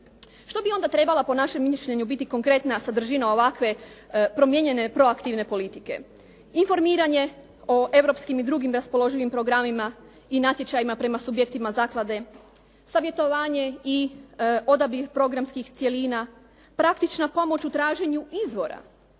Što bi onda trebala po našem mišljenju biti konkretna sadržina ovakve promijenjene proaktivne politike? Informiranje o europskim i drugim raspoloživim programima i natječajima prema subjektima zaklade, savjetovanje i odabir programskih cjelina, praktična pomoć u traženju izvora,